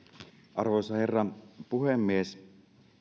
arvoisa herra puhemies